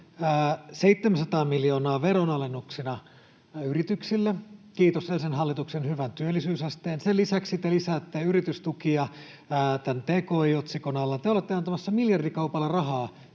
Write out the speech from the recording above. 700 miljoonaa veronalennuksina yrityksille, kiitos edellisen hallituksen hyvän työllisyysasteen. Sen lisäksi te lisäätte yritystukia tki-otsikon alla. Te olette antamassa miljardikaupalla rahaa